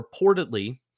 reportedly